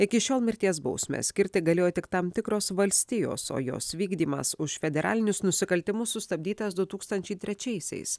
iki šiol mirties bausmę skirti galėjo tik tam tikros valstijos o jos vykdymas už federalinius nusikaltimus sustabdytas du tūkstančiai trečiaisiais